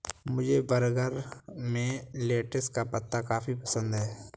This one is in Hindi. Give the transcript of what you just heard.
मुझे बर्गर में लेटिस का पत्ता काफी पसंद है